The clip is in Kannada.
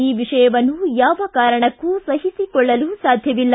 ಈ ವಿಷಯವನ್ನು ಯಾವ ಕಾರಣಕ್ಕೂ ಸಹಿಸಿಕೊಳ್ಳಲು ಸಾಧ್ಯವಿಲ್ಲ